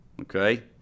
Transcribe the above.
okay